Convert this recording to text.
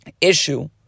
issue